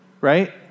right